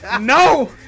No